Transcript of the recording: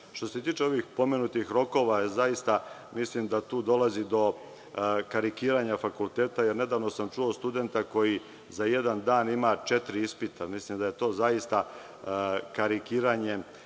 se tiče ovih pomenutih rokova, zaista mislim da tu dolazi karikiranja fakulteta, jer nedavno sam čuo studenta koji za jedan dan ima četiri ispita. Mislim da je to zaista karikiranje